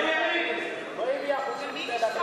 אבל היא לא הביאה חוקים כדי להתריס.